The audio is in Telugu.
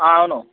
అవును